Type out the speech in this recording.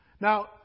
Now